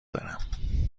دارم